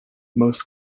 most